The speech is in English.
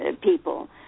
people